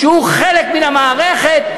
כשהוא חלק מן המערכת.